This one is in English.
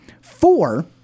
four